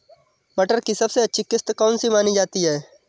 मटर की सबसे अच्छी किश्त कौन सी मानी जाती है?